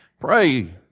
pray